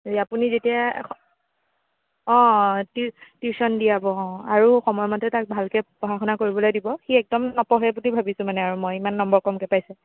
এই আপুনি যেতিয়া অঁ অঁ অঁ টি টিউচন দিয়াব অঁ আৰু সময়মতে তাক ভালকৈ পঢ়া শুনা কৰিবলে দিব সি একদম নপঢ়ে বুলি ভাবিছোঁ মানে আৰু মই ইমান নম্বৰ কমকৈ পাইছে